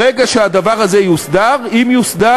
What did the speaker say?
ברגע שהדבר הזה יוסדר, אם יוסדר,